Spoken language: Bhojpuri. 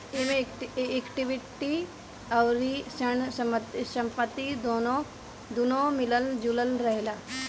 एमे इक्विटी अउरी ऋण संपत्ति दूनो मिलल जुलल रहेला